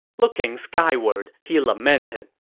looking skyward, he lamented,